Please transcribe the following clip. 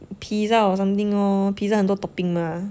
pizza or something lor pizza 很多 topping 的 mah